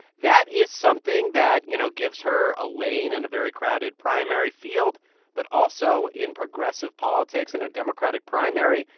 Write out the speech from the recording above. that is something that, you know, gives her a lane in and a very crowded primary field but also, in progressive politics in a democratic primary,